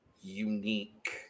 unique